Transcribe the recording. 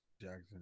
Jackson